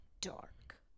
dark